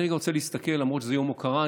למרות שזה יום הוקרה,